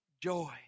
joy